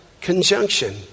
Conjunction